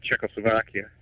czechoslovakia